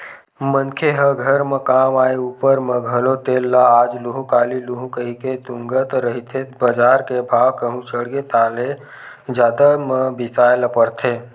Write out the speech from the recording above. मनखे ह घर म काम आय ऊपर म घलो तेल ल आज लुहूँ काली लुहूँ कहिके तुंगत रहिथे बजार के भाव कहूं चढ़गे ताहले जादा म बिसाय ल परथे